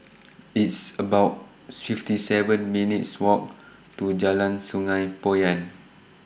It's about fifty seven minutes' Walk to Jalan Sungei Poyan